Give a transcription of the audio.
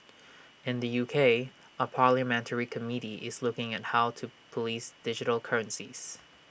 in the U K A parliamentary committee is looking at how to Police digital currencies